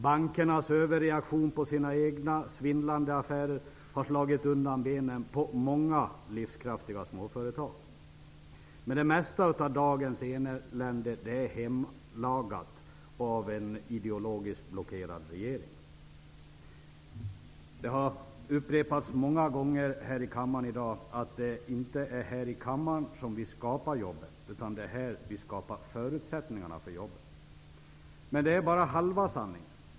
Bankernas överreaktion på sina egna svindlande affärer har slagit undan benen på många livskraftiga småföretag. Men det mesta av dagens elände är hemlagat av en ideologiskt blockerad regering. Det har upprepats många gånger här i kammaren i dag att det inte är här i riksdagen som vi skapar jobben, utan det är här vi skapar förutsättningar för jobben. Men det är bara halva sanningen.